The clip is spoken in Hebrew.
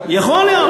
יכול להיות,